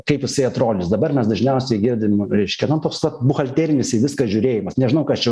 kaip jisai atrodys dabar mes dažniausiai girdim reiškia na toks vat buhalterinis į viską žiūrėjimas nežinau kas čia